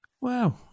Wow